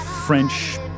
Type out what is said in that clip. French